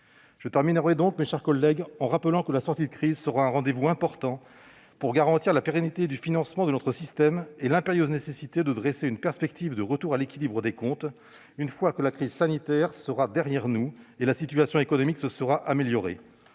Je terminerai donc, mes chers collègues, en rappelant le rendez-vous important que constituera la sortie de crise pour garantir la pérennité du financement de notre système et l'impérieuse nécessité de dresser une perspective de retour à l'équilibre des comptes, une fois que la crise sanitaire sera derrière nous et que la situation économique se sera améliorée.